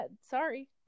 Sorry